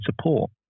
support